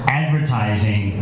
advertising